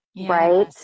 right